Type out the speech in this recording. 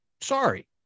Sorry